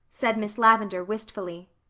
said miss lavendar wistfully.